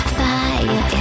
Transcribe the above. fire